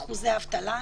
70% אבטלה.